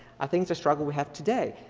i think it's a struggle we have today.